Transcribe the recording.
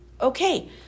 Okay